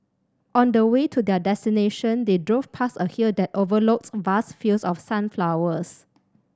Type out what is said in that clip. on the way to their destination they drove past a hill that overlooked vast fields of sunflowers